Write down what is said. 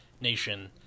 nation